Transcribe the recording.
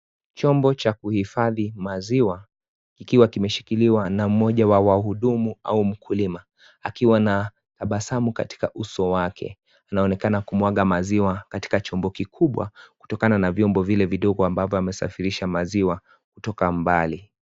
Chombo cha kuhifadhi maziwa ikiwa kimeshikiliwa na mmoja wa wahudumu au mkulima akiwa na tabasamu katika uso wake. Anaonekana kumwaga maziwa katika chombo kikubwa kutokana na vyombo vile vidogo ambazo wamesafirisha maziwa kutoka mbali.